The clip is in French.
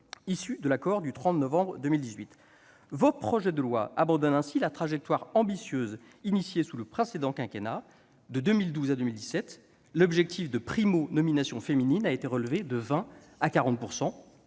issues de l'accord du 30 novembre 2018 ! Votre projet de loi abandonne ainsi la trajectoire ambitieuse lancée sous le précédent quinquennat. De 2012 à 2017, l'objectif de primo-nomination féminine a été relevé de 20 % à 40 %.